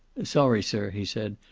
sorry, sir, he said.